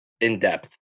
in-depth